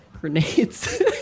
grenades